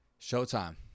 Showtime